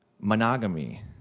monogamy